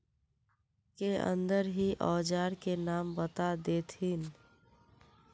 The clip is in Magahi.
के अंदर ही औजार के नाम बता देतहिन?